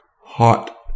hot